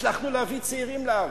הצלחנו להביא צעירים לארץ.